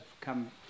come